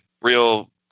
real